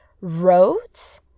roads